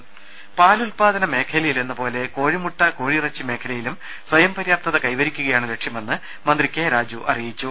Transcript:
് പാലുത്പാദന മേഖലയിലെന്ന പോലെ കോഴിമുട്ട കോഴിയിറച്ചി മേഖലയിലും സ്വയംപര്യാപ്തത കൈവ രിക്കുകയാണ് ലക്ഷ്യമെന്ന് മന്ത്രി കെ രാജു പറഞ്ഞു